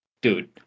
Dude